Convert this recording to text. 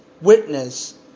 witness